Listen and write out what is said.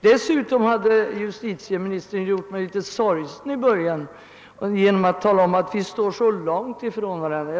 Dessutom hade justitieministern i början av sitt anförande gjort mig en aning sorgsen genom att tala om att vi står så långt ifrån varandra.